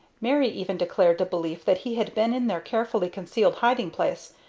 mary even declared a belief that he had been in their carefully concealed hiding-place,